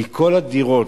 כל הדירות,